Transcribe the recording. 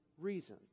reason